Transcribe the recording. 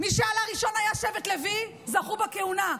מי שעלה ראשון היה שבט לוי, זכו בכהונה.